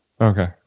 Okay